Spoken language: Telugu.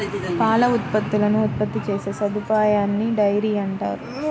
పాల ఉత్పత్తులను ఉత్పత్తి చేసే సదుపాయాన్నిడైరీ అంటారు